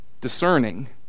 discerning